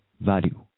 value